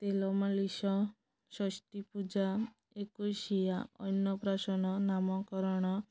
ତେଲ ମାଲିସ୍ ଷଷ୍ଠୀପୂଜା ଏକୋଇଶିଆ ଅନ୍ନପ୍ରାସନ ନାମକରଣ